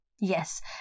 Yes